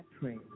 pray